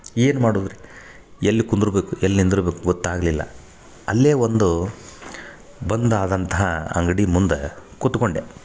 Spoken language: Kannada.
ಏನು ಮಾಡುದು ರೀ ಎಲ್ಲಿ ಕುಂದುರ್ಬೇಕು ಎಲ್ಲಿ ನಿಂದರ್ಬೇಕು ಗೊತ್ತಾಗ್ಲಿಲ್ಲ ಅಲ್ಲೇ ಒಂದು ಬಂದು ಆದಂಥ ಅಂಗಡಿ ಮುಂದೆ ಕೂತ್ಕೊಂಡೆ